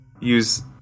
use